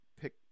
pick